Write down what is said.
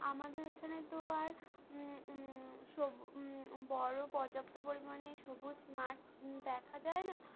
আমাদের এখানে তো আর সব বড়ো পর্যাপ্ত পরিমাণে সবুজ মাঠ দেখা যায় না